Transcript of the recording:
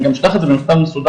אני גם אשלח את זה במכתב מסודר,